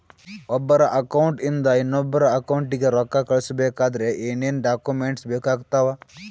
ಒಬ್ಬರ ಅಕೌಂಟ್ ಇಂದ ಇನ್ನೊಬ್ಬರ ಅಕೌಂಟಿಗೆ ರೊಕ್ಕ ಕಳಿಸಬೇಕಾದ್ರೆ ಏನೇನ್ ಡಾಕ್ಯೂಮೆಂಟ್ಸ್ ಬೇಕಾಗುತ್ತಾವ?